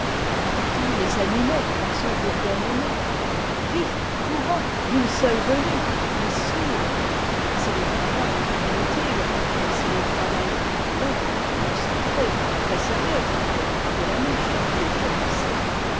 prétend les animer par son bourdonnement vif courant d'une seule venue mais sourd c'est le travail inutile mais c'est le travail ardent concentré très sérieux pour elle de la mouche qui est commencé